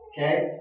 Okay